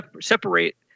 separate